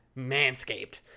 Manscaped